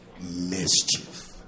Mischief